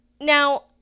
Now